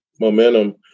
momentum